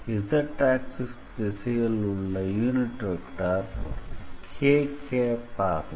Z axis திசையில் உள்ள unit vector k ஆகும்